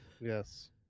Yes